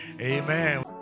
Amen